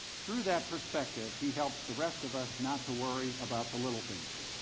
through that perspective he helps the rest of us not to worry about the little things.